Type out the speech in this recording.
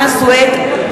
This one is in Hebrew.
(קוראת בשמות חברי הכנסת)